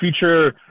future